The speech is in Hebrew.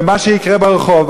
למה שיקרה ברחוב.